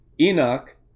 Enoch